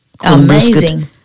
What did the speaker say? Amazing